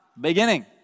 beginning